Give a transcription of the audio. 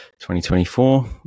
2024